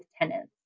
tenants